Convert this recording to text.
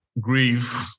grief